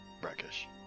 Brackish